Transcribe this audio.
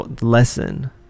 lesson